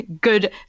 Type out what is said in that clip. good